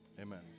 amen